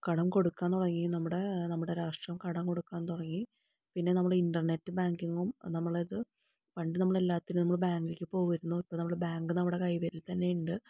കടം കൊടുക്കാന് തുടങ്ങി നമ്മുടെ നമ്മുടെ രാഷ്ട്രം കടം കൊടുക്കാന് തുടങ്ങി പിന്നെ നമ്മുടെ ഇന്റര്നെറ്റ് ബാങ്കിങ്ങും നമ്മളടേത് പണ്ട് നമ്മള് എല്ലാത്തിനും നമ്മള് ബാങ്കിലേക്ക് പോകുവായിരുന്നു ഇപ്പം നമ്മള് ബാങ്ക് നമ്മുടെ കൈകളില് തന്നെ ഉണ്ട്